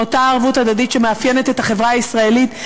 מאותה ערבות הדדית שמאפיינת את החברה הישראלית.